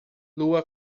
lua